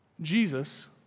Jesus